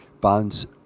bonds